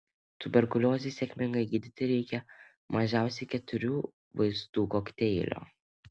tuberkuliozei sėkmingai gydyti reikia mažiausiai keturių vaistų kokteilio